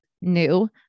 new